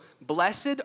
blessed